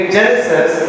Genesis